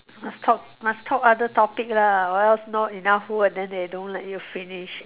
must talk must talk other topic lah or else not enough word then they don't let you finish